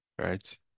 right